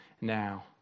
now